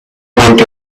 went